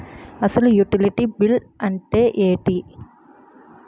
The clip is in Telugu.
అసలు యుటిలిటీ బిల్లు అంతే ఎంటి?